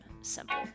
simple